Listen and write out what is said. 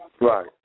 Right